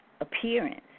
appearance